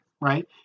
right